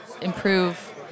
improve